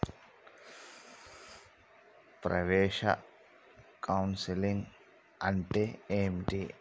ప్రవేశ కౌన్సెలింగ్ అంటే ఏమిటి?